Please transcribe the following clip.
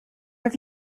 have